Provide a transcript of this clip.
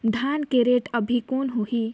धान के रेट अभी कौन होही?